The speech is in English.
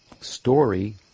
story